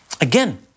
Again